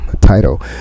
title